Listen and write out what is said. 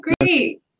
great